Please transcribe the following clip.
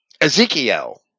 Ezekiel